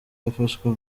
yafashwe